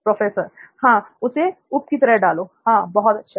professor हां उसे उप की तरह डालो हां बहुत अच्छा